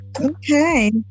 okay